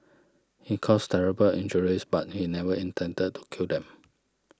he caused terrible injuries but he never intended to kill them